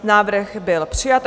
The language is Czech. Návrh byl přijat.